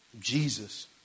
Jesus